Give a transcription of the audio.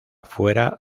fuera